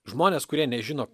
žmonės kurie nežino